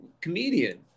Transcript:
comedian